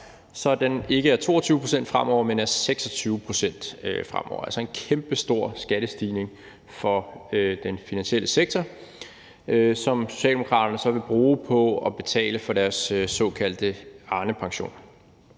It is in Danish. så den ikke er 22 pct. fremover, men er 26 pct. fremover, altså en kæmpestor skattestigning for den finansielle sektor, som Socialdemokraterne så vil bruge på at betale for deres såkaldte Arnepension.